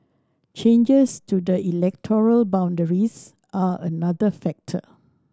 changes to the electoral boundaries are another factor